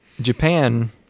Japan